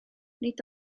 nid